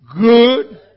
good